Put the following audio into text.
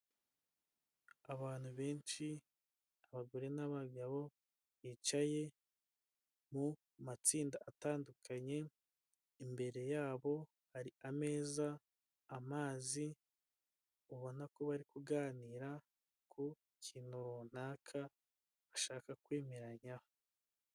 Abantu benshi abagore, n'abagabo bicaye mu matsinda atandukanye, imbere yabo hari ameza, amazi ubona ko bari kuganira ku kintu runaka, ashaka kwemeranya.